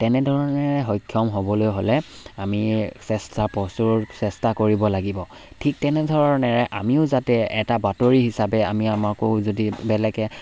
তেনেধৰণেৰে সক্ষম হ'বলৈ হ'লে আমি চেষ্টা প্ৰচুৰ চেষ্টা কৰিব লাগিব ঠিক তেনেধৰণেৰে আমিও যাতে এটা বাতৰি হিচাপে আমি আমাকো যদি বেলেগে